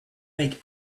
make